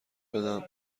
بدم